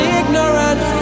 ignorant